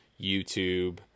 YouTube